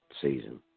season